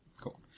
cool